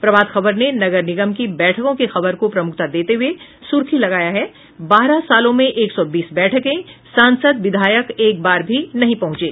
प्रभात खबर ने नगर निगम की बैठकों की खबर को प्रमुखता देते हुये सुर्खी लगाया है बारह सालों में एक सौ बीस बैठकें सांसद विधायक एक बार भी नहीं पहुंचे